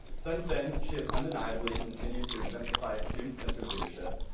since then, she has undeniably continued to exemplify student-centered leadership,